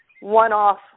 one-off